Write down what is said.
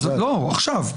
עכשיו.